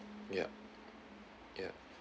yup ya